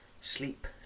Sleep